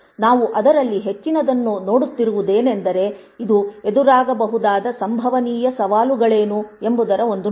ನಾವು ಅದರಲ್ಲಿ ಹೆಚ್ಚಿನದನ್ನು ನೋಡುತ್ತಿರುವುದೇನೆಂದರೆ ಇದು ಎದುರಾಗಬಹುದಾದ ಸಂಭವನೀಯ ಸವಾಲುಗಳೇನು ಎಂಬುದರ ಒಂದು ನೋಟ